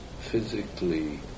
physically